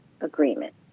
agreement